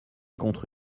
contre